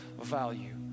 value